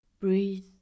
Breathe